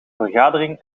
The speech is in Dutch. vergadering